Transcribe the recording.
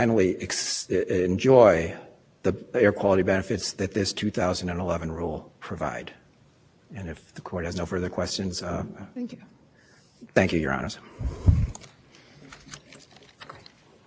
on the c one issue we agreed that the initial opinion in north carolina said the care was flawed but the problem is the court didn't give effect to that holding instead kept care in effect